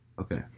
Okay